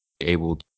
able